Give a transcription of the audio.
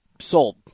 Sold